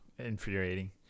infuriating